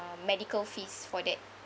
medical fees for that